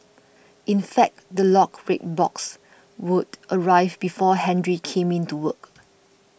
in fact the locked red box would arrive before Henry came in to work